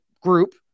group